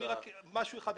אדוני, רק דבר אחד.